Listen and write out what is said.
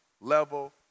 level